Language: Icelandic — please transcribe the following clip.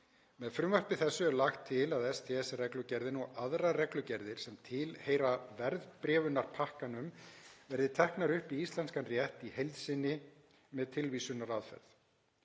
Með frumvarpi þessu er því lagt til að STS-reglugerðin og aðrar reglugerðir sem tilheyra verðbréfunarpakkanum verði teknar upp í íslenskan rétt í heild sinni með tilvísunaraðferð.